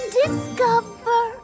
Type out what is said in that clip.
discover